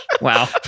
Wow